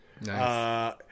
Nice